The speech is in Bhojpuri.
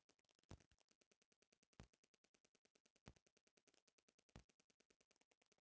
औद्योगिक जगत में स्टॉक सर्टिफिकेट एक तरह शेयर सर्टिफिकेट ह